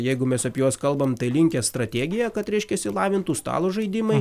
jeigu mes apie juos kalbam tai linkę stratiegiją kad reiškiasi lavintų stalo žaidimai